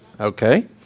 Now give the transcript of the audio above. Okay